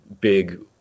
big